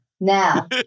Now